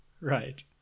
right